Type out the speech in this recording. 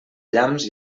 llamps